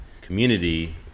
community